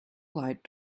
light